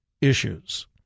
issues